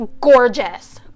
gorgeous